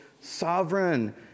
sovereign